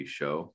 show